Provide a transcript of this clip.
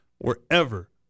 wherever